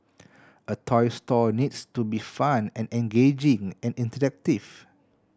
a toy store needs to be fun and engaging and interactive